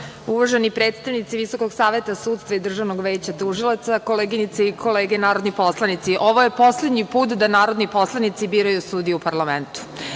predstavnici Visokog saveta sudstva i Državnog veća tužilaca, koleginice i kolege narodni poslanici. Ovo je poslednji put da narodni poslanici biraju sudije u parlamentu.